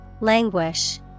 Languish